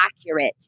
accurate